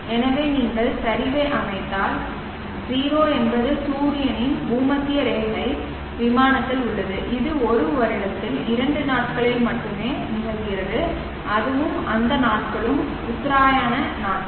எனவே நீங்கள் சரிவை அமைத்தால் 0 என்பது சூரியனின் பூமத்திய ரேகை விமானத்தில் உள்ளது இது ஒரு வருடத்தில் இரண்டு நாட்களில் மட்டுமே நிகழ்கிறது அதுவும் அந்த நாட்களும் உத்தராயண நாட்கள்